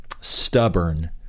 stubborn